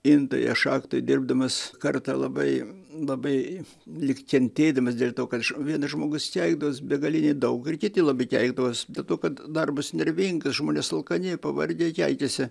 intoje šachtoj dirbdamas kartą labai labai lyg kentėdamas dėl to kad vienas žmogus keikdos begaliniai daug ir kiti labai keikdavos dėl to kad darbas nervingas žmonės alkani pavargę keikiasi